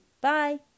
bye